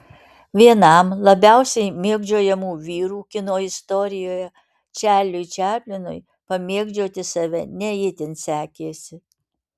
vienam labiausiai mėgdžiojamų vyrų kino istorijoje čarliui čaplinui pamėgdžioti save ne itin sekėsi